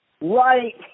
right